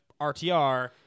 RTR